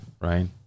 Right